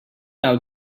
out